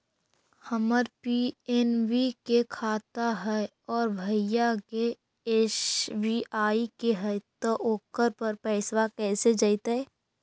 हमर पी.एन.बी के खाता है और भईवा के एस.बी.आई के है त ओकर पर पैसबा कैसे जइतै?